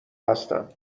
هستم